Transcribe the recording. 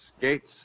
Gates